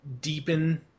deepen